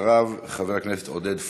ואחריו, חבר הכנסת עודד פוּרר.